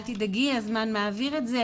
אל תדאגי הזמן מעביר את זה,